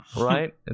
Right